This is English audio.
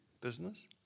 business